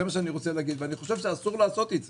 אסור לעשות את זה.